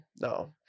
no